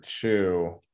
two